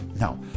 No